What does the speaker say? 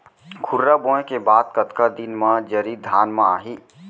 खुर्रा बोए के बाद कतका दिन म जरी धान म आही?